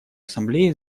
ассамблеи